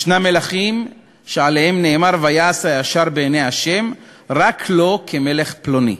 יש מלכים שעליהם נאמר: "ויעש הישר בעיני ה' רק לא" כמלך פלוני,